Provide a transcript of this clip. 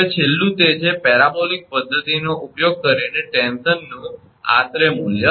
હવે છેલ્લું તે છે પેરાબોલિક પદ્ધતિનો ઉપયોગ કરીને ટેન્શનનું આશરે મૂલ્ય